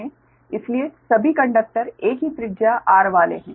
इसलिए सभी कंडक्टर एक ही त्रिज्या r वाले हैं